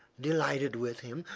delighted with him.